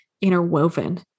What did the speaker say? interwoven